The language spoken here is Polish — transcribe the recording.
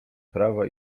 prawa